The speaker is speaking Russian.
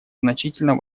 значительно